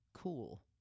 cool